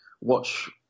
watch